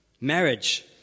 marriage